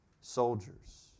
soldiers